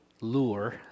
lure